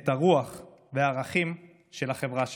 את הרוח והערכים של החברה שלנו,